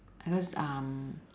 because um